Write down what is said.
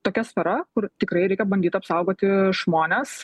tokia sfera kur tikrai reikia bandyt apsaugoti žmones